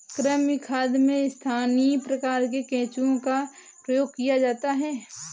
कृमि खाद में स्थानीय प्रकार के केंचुओं का प्रयोग किया जाता है